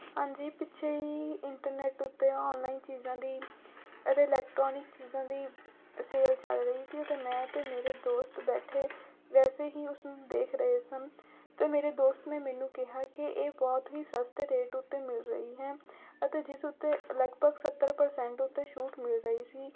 ਹਾਂਜੀ ਪਿੱਛੇ ਹੀ ਇੰਟਰਨੈਟ ਉੱਤੇ ਔਨਲਾਈਨ ਚੀਜ਼ਾਂ ਦੀ ਅਤੇ ਇਲੈਕਟਰੋਨਿਕ ਚੀਜ਼ਾਂ ਦੀ ਸੇਲ ਚੱਲ ਰਹੀ ਤੀ ਅਤੇ ਮੈਂ ਅਤੇ ਮੇਰੇ ਦੋਸਤ ਬੈਠੇ ਵੈਸੇ ਹੀ ਉਸ ਨੂੰ ਦੇਖ ਰਹੇ ਸਨ ਅਤੇ ਮੇਰੇ ਦੋਸਤ ਨੇ ਮੈਨੂੰ ਕਿਹਾ ਕਿ ਇਹ ਬਹੁਤ ਹੀ ਸਸਤੇ ਰੇਟ ਉੱਤੇ ਮਿਲ ਰਹੀ ਹੈ ਅਤੇ ਜਿਸ ਉੱਤੇ ਲਗਭਗ ਸੱਤਰ ਪਰਸੈਂਟ ਉੱਤੇ ਛੂਟ ਮਿਲ ਰਹੀ ਸੀ